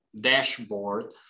dashboard